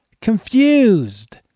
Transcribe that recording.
confused